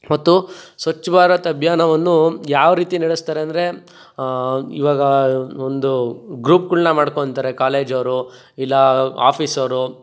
ಮತ್ತು ಸ್ವಚ್ ಭಾರತ್ ಅಭಿಯಾನವನ್ನು ಯಾವರೀತಿ ನಡೆಸ್ತಾರೆ ಅಂದರೆ ಇವಾಗ ಒಂದು ಗ್ರೂಪ್ಗಳ್ನ ಮಾಡ್ಕೊತಾರೆ ಕಾಲೇಜವರು ಇಲ್ಲ ಆಫೀಸವರು